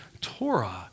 Torah